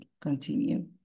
continue